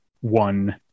one